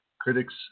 Critics